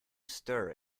stir